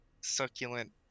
succulent